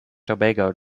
tobago